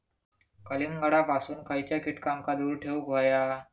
कलिंगडापासून खयच्या कीटकांका दूर ठेवूक व्हया?